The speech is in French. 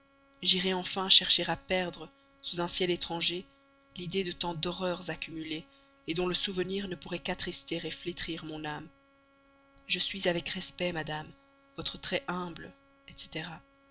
j'irai enfin chercher à perdre sous un ciel étranger l'idée de tant d'horreurs accumulées dont le souvenir ne pourrait qu'attrister flétrir mon âme je suis avec respect madame votre très humble etc